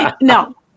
No